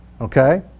okay